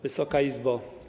Wysoka Izbo!